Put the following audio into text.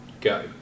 Go